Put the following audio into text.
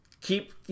keep